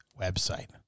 website